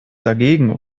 dagegen